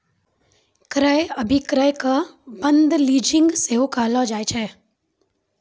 क्रय अभिक्रय के बंद लीजिंग सेहो कहलो जाय छै